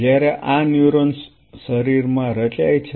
જ્યારે આ ન્યુરોન્સ શરીરમાં રચાય છે